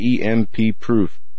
EMP-proof